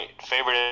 favorite